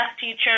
teacher